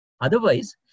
Otherwise